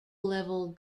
level